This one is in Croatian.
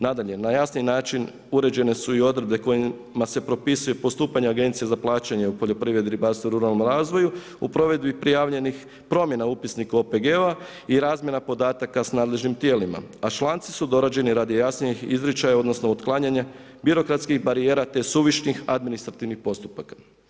Nadalje, na jasniji način uređene su i odredbe kojima se propisuje postupanje Agencije za plaćanje u poljoprivredu, ribarstvu, ruralnom razvoju u provedbi prijavljenih promjena u upisniku OPG-ova i razmjena podataka sa nadležnim tijelima a članci su dorađeni radi jasniji izričaja odnosno otklanjanja birokratskih barijera te suvišnih administrativnih postupaka.